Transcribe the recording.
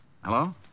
Hello